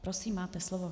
Prosím máte slovo.